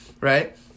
right